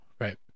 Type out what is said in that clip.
right